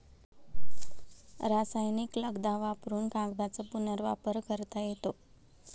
रासायनिक लगदा वापरुन कागदाचा पुनर्वापर करता येतो